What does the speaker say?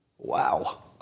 Wow